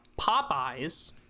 Popeyes